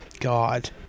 god